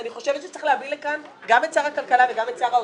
אני חושבת שצריך להביא לכאן גם את שר הכלכלה וגם את שר האוצר.